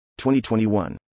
2021